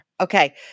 Okay